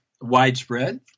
widespread